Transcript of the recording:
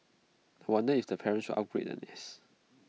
I wonder if the parents upgrade the nest